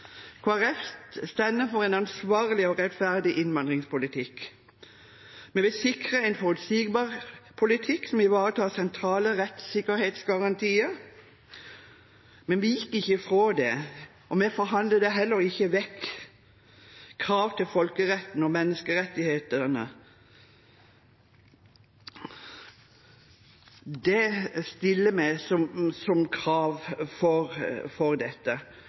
Folkeparti står for en ansvarlig og rettferdig innvandringspolitikk. Vi vil sikre en forutsigbar politikk som ivaretar sentrale rettssikkerhetsgarantier. Vi viker ikke fra – og vi forhandler heller ikke vekk – krav etter folkeretten og menneskerettighetene. Det stiller vi som krav for dette. Da Stortinget behandlet de såkalte hastevedtakene høsten 2015, fikk Kristelig Folkeparti gjennomslag for